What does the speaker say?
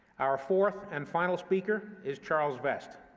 our fourth and final speaker is charles vest,